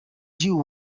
you